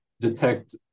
detect